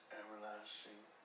everlasting